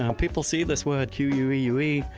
um people see this word q u e u e,